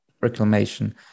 reclamation